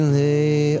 lay